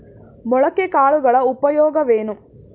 ಮೊಳಕೆ ಕಾಳುಗಳ ಉಪಯೋಗವೇನು?